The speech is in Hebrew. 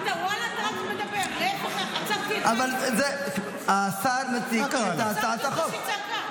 --- אתה רק מדבר --- השר מציג את הצעת החוק.